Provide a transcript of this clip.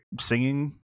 singing